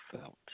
felt